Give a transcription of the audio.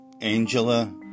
Angela